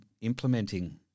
implementing